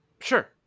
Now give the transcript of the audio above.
Sure